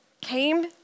came